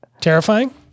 Terrifying